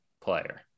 player